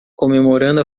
comemorando